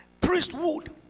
priesthood